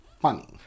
funny